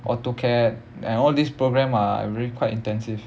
AutoCAD and all these program ah are really quite intensive